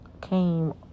came